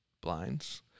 blinds